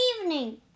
evening